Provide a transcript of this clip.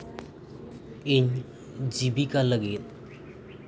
ᱤᱧ ᱡᱤᱵᱤᱠᱟ ᱞᱟᱹᱜᱤᱫ